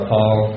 Paul